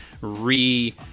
re